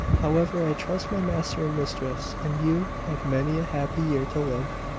however, i trust my master and mistress, and you, have many a happy year to live.